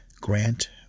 Grant